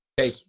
okay